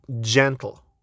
gentle